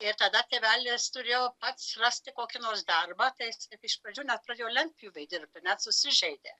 ir tada tėvelis turėjo past rasti kokį nors darbą tai iš pradžių net pradėjo lentpjūvėj dirbti net susižeidė